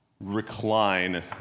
recline